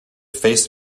face